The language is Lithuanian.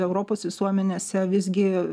europos visuomenėse visgi